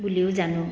বুলিও জানো